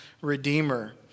redeemer